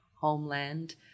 homeland